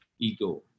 ego